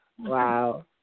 Wow